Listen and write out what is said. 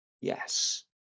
Yes